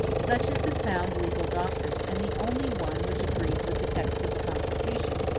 such is the sound legal doctrine, and the only one which agrees with the text of the constitution,